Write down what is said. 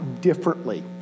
differently